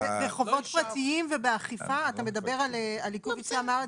בחובות פרטיים ובאכיפה אתה מדבר על עיכוב יציאה מן הארץ.